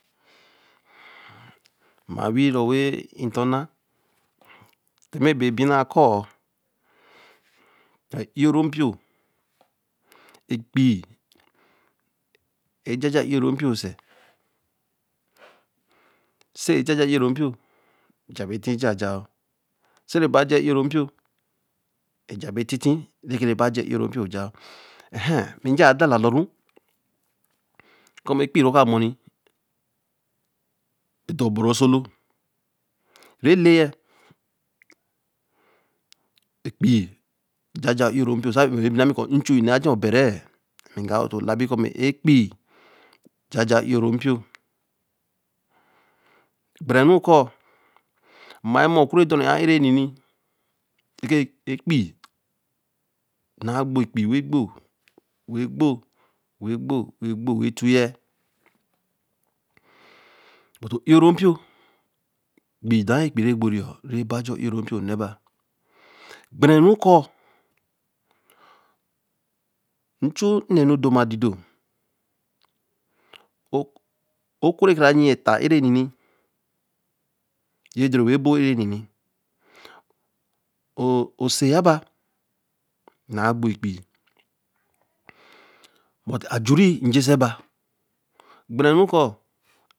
re be chu e O-or nlpio na be gbere koō n chu ē nn̄e nu do ma didor o ku re kara yin itaā e re nni re do re be bor era n̄ni, osie ya ba na gbo epeii, but ajure ēje se bāa gbere kōo.